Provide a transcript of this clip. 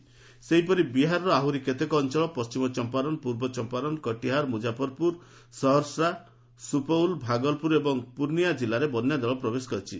Bihar flood ବିହାରର ଆହୁରି ଅନେକ ଅଞ୍ଚଳ ପଣ୍ଟିମ ଚମ୍ପାରନ୍ ପୂର୍ବ ଚମ୍ପାରନ୍ କଟିହାର୍ ମୁକ୍କାଫର୍ପୁର ସହର୍ସା ସୁପଉଲ ଭାଗଲପୁର ଏବଂ ପୁର୍ଷିଆ ଜିଲ୍ଲାରେ ବନ୍ୟାଜଳ ପ୍ରବେଶ କରିଛି